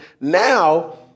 now—